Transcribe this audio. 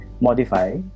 modify